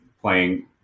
playing